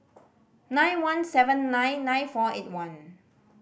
nine one seven nine nine four eight one